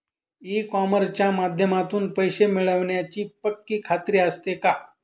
E कॉमर्सच्या माध्यमातून पैसे मिळण्याची पक्की खात्री असते का?